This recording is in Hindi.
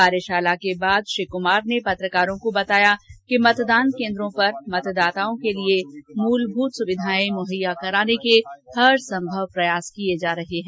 कार्यशाला के बाद श्री कुमार ने पत्रकारों को बताया कि मतदान केन्द्रों पर मतदाताओं के लिए मुलभुत सुविधाएं मुहैया कराने के लिए हर संभव प्रयास किए जा रहे हैं